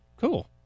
Cool